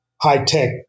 high-tech